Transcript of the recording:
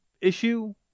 issue